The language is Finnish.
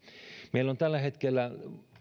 meillä on tällä hetkellä